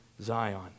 Zion